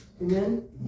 Amen